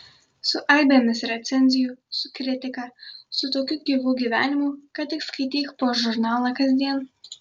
su aibėmis recenzijų su kritika su tokiu gyvu gyvenimu kad tik skaityk po žurnalą kasdien